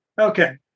Okay